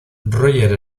roger